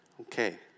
Okay